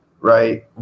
right